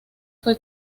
fue